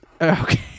okay